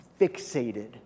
fixated